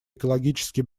экологически